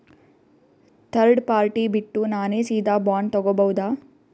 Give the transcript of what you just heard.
Third party ಬಿಟ್ಟು ನಾನೇ ಸೀದಾ ಬಾಂಡ್ ತೋಗೊಭೌದಾ?